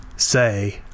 say